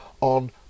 on